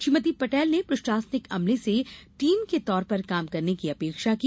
श्रीमती पटेल ने प्रशासनिक अमले से टीम के तौर पर काम करने की अपेक्षा की